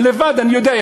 לבד אני יודע,